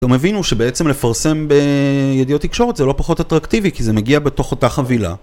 פתאום הבינו שבעצם לפרסם בידיעות תקשורת זה לא פחות אטרקטיבי כי זה מגיע בתוך אותה חבילה